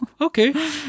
Okay